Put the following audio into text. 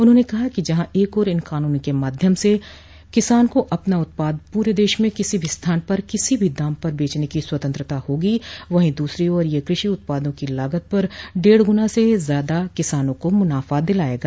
उन्होंने कहा कि जहां एक ओर इन कानूनों के माध्यम से किसान को अपना उत्पाद पूरे देश में किसी भी स्थान पर किसी भी दाम पर बेचने की स्वतंत्रता होगी वहीं दूसरी ओर यह कृषि उत्पादों के लागत पर डेढ़ गुना से भी ज्यादा किसानों को मुनाफा दिलायेगा